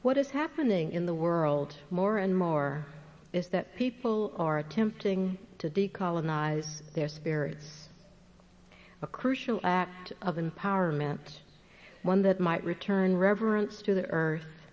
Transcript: what is happening in the world more and more is that people are attempting to decolonized their spirits a crucial act of empowerment one that might return reverence to the earth